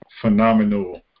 phenomenal